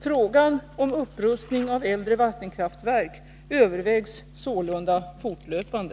Frågan om upprustning av äldre vattenkraftverk övervägs sålunda fortlöpande.